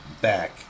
back